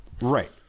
right